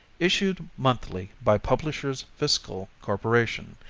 issued monthly by publishers' fiscal corporation,